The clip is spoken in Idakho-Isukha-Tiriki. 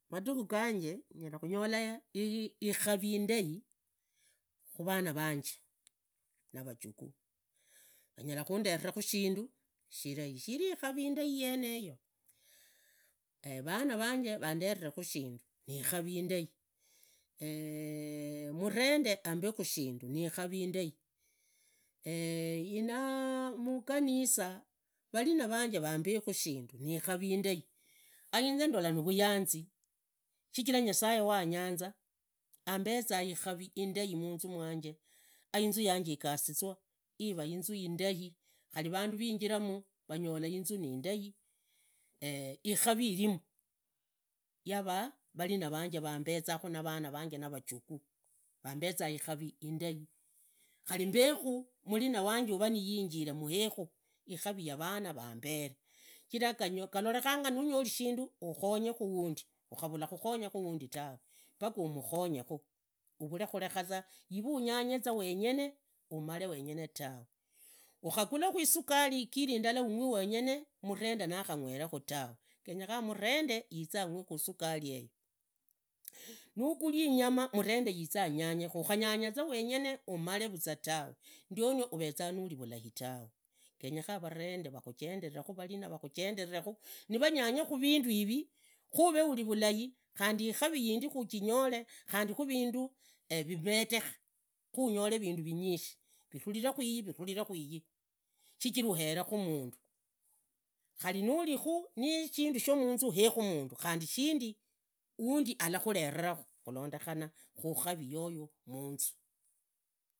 Matukhu ganje ga nyalakhunyola ikavi indai khuvuna vanje navajukuu, vanyala khunderakhu shinda shirai, shivii ikavi indai yeneyo. vana vanje vanderekhu shindu nikavi indai muvende ambekhu shinda nikavi indai, inaa mugayanzi shichira yasaye wanyanza, ambezanga ikavi indai munzu mwanje ainzu yanje igakhizwa aivu indai khari vandu vinyiramu. Nivashiri nivashiri, shichira vasena khumakhara gakhuzee khuvaegizanga, nanuundi vayanza ziraaha kujenda huku na huku huku na huku lakini khuze kwajendanga vulai na vana va nundi vajendanga vulai taa, vajendazaa yeyo yeyo yeyo yeyo ulorevee mwana yeyo ulorevee mwana yeyoo na khazee kwikhala za ndi khashiringana navashere. Sana khaze kwikharanga navasheree vakhuegiza mangana na vana vanuundi venya mashere ta, khari nalanjila mwana, shukhuria akhavoreraa umwami makhono mamwamu ti na khunyanyaza tu akwatukha za vulai na vana va nundi vavaa za lagano landi, sana sana venya mushere mba, venyakhu mushere mba hakha vana vanundi venyakhu.